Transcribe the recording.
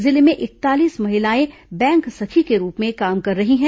जिले में इकतालीस महिलाएं बैंक सखी के रूप में काम कर रही है